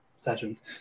sessions